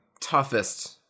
toughest